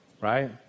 right